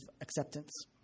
acceptance